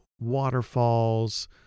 waterfalls